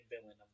villain